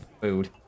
food